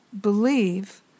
believe